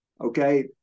Okay